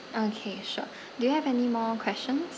okay sure do you have any more questions